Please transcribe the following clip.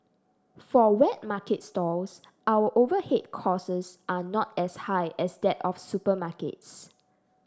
for wet market stalls our overhead costs are not as high as that of supermarkets